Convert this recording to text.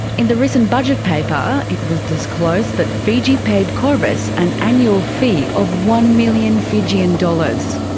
in the recent budget paper it was disclosed that fiji paid qorvis an annual fee of one million fijian dollars.